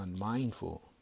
unmindful